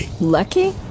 Lucky